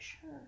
sure